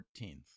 14th